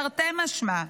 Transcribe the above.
תרתי משמע.